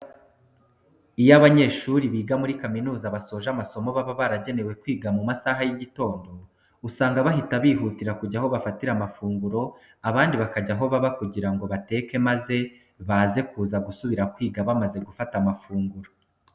Iyo abanyeshuri biga muri kaminuza basoje amasomo baba baragenewe kwiga mu masaha y'igitondo, usanga bahita bihutira kujya aho bafatira amafunguro abandi bakajya aho baba kugira ngo bateka maze baze kuza gusubira kwiga bamaze gufata amafunguro.